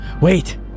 Wait